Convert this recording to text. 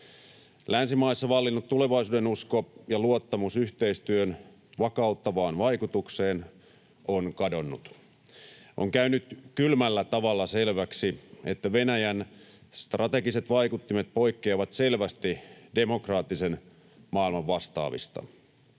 Länsimaissa vallinnut tulevaisuudenusko ja luottamus yhteistyön vakauttavaan vaikutukseen on kadonnut. On käynyt kylmällä tavalla selväksi, että Venäjän strategiset vaikuttimet poikkeavat selvästi demokraattisen maailman vastaavista.